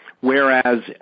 whereas